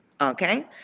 okay